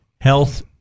health